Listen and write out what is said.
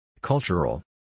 Cultural